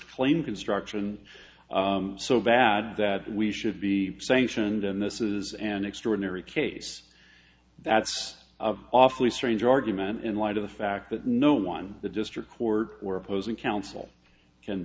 to claim construction so bad that we should be sanctioned and this is an extraordinary case that's awfully strange argument in light of the fact that no one the district court or opposing counsel can